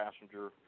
passenger